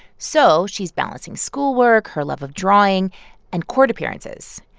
so she's balancing schoolwork, her love of drawing and court appearances.